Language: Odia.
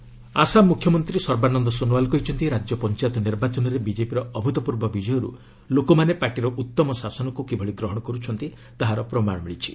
ସୋନୋୱାଲ୍ ଆସାମ ମୁଖ୍ୟମନ୍ତ୍ରୀ ସର୍ବାନନ୍ଦ ସୋନୋୱାଲ କହିଛନ୍ତି ରାଜ୍ୟ ପଞ୍ଚାୟତ ନିର୍ବାଚନରେ ବିଜେପିର ଅଭୁତପୂର୍ବ ବିଜୟରୁ ଲୋକମାନେ ପାର୍ଟିର ଉତ୍ତମ ଶାସନକୁ କିଭଳି ଗ୍ରହଣ କରୁଛନ୍ତି ତାହାର ପ୍ରମାଣ ମିଳିଛି